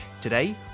Today